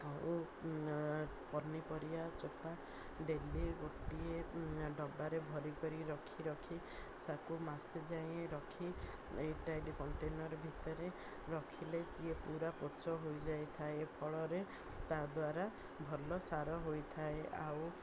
ଆଉ ପନିପରିବା ଚୋପା ଡେଲି ଗୋଟିଏ ଡବାରେ ଭରି କରି ରଖି ରଖି ତାକୁ ମାସେ ଯାଇ ରଖି ଏଇ ଟାଇଟ କଣ୍ଟେନର୍ ଭିତରେ ରଖିଲେ ସିଏ ପୁରା ପୋଚ ହୋଇଯାଇ ଥାଏ ଫଳରେ ତାଦ୍ଵାରା ଭଲ ସାର ହୋଇଥାଏ ଆଉ